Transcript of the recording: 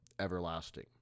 everlasting